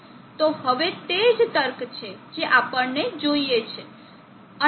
તો હવે તે જ તર્ક છે જે આપણને જોઈએ છે